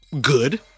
good